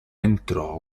entrò